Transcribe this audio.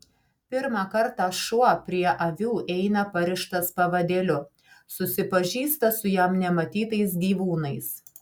pirmą kartą šuo prie avių eina parištas pavadėliu susipažįsta su jam nematytais gyvūnais